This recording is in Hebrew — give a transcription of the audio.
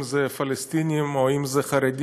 אם זה פלסטינים או אם זה חרדים.